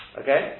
okay